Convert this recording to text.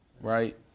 right